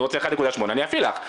אני רוצה 1.8 אני אפעיל לך,